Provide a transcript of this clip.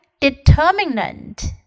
determinant